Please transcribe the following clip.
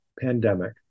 pandemic